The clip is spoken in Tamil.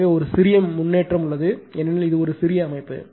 எனவே ஒரு சிறிய முன்னேற்றம் உள்ளது ஏனெனில் இது ஒரு சிறிய அமைப்பு